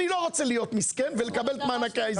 אני לא רוצה להיות מסכן ולקבל את מענקי האיזון.